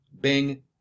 Bing